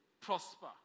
prosper